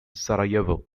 sarajevo